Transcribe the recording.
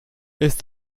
ist